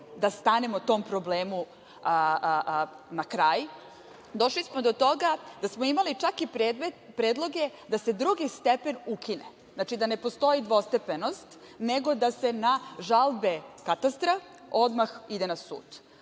da stanemo tom problemu na kraj, došli smo do toga da smo imali čak i predloge da se drugi stepen ukine. Znači da ne postoji dvostepenost, nego da se na žalbe Katastra odmah ide na sud.